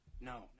No